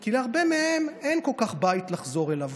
כי להרבה מהם אין כל כך בית לחזור אליו,